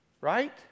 right